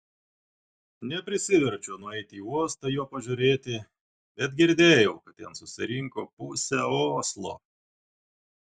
neprisiverčiau nueiti į uostą jo pažiūrėti bet girdėjau kad ten susirinko pusė oslo